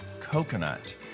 coconut